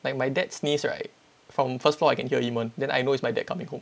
like my dad sneeze right from first floor I can hear him one then I know it's my dad coming home